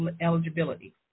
eligibility